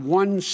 one